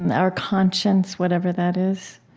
and our conscience, whatever that is?